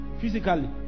physically